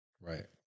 right